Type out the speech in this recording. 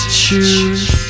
choose